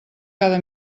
cada